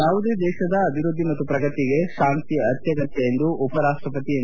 ಯಾವುದೇ ದೇಶದ ಅಭಿವೃದ್ದಿ ಮತ್ತು ಪ್ರಗತಿಗೆ ಶಾಂತಿ ಅತ್ಯಗತ್ತ ಎಂದು ಉಪರಾಷ್ಟಪತಿ ಎಂ